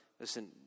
listen